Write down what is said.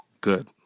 Good